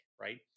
right